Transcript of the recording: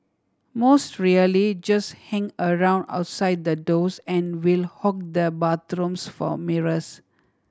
most really just hang around outside the doors and will hog the bathrooms for mirrors